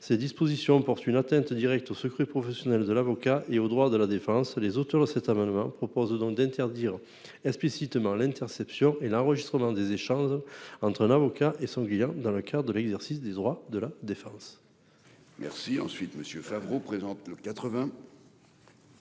telles dispositions portent une atteinte directe au secret professionnel de l'avocat et aux droits de la défense. Les auteurs de cet amendement proposent donc d'interdire explicitement l'interception et l'enregistrement des échanges entre un avocat et son client dans le cadre de l'exercice des droits de la défense. La parole est à M.